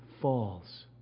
falls